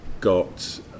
got